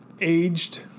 aged